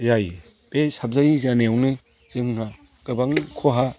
जायो बे साबजायि जानायावनो जोंहा गोबां खहा